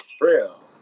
real